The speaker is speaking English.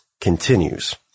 continues